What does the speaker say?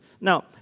Now